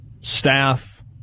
staff